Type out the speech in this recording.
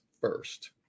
first